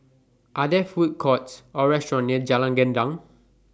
Are There Food Courts Or restaurants near Jalan Gendang